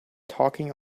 talking